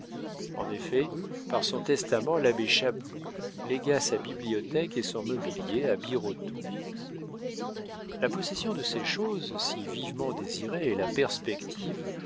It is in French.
en effet par son testament l'abbé chapeloud légua sa bibliothèque et son mobilier à birotteau la possession de ces choses si vivement désirées et la perspective